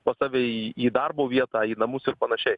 pas save į į darbo vietą į namus ir panašiai